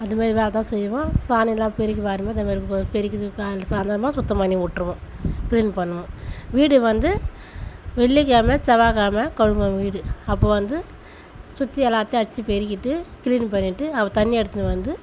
அதுமாரி வேலை தான் செய்வோம் சாணியெலாம் பெருக்கி வாரும் போது வ வ பெருக்குது காலையில் சாயந்தரமா சுத்தம் பண்ணி விட்ருவோம் க்ளீன் பண்ணுவோம் வீடு வந்து வெள்ளிக் கெழம செவ்வாய் கெழம கழுவுவோம் வீடு அப்போது வந்து சுற்றி எல்லாத்தையும் அடித்து பெருகிவிட்டு க்ளீன் பண்ணிவிட்டு அப்புறோம் தண்ணி எடுத்துனு வந்து